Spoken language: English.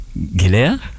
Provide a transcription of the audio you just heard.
Gilea